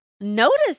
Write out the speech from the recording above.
notice